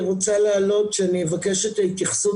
ביום שחוזר התיאום אנחנו נצטרך להפסיק עם העניין הזה,